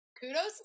kudos